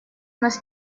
нас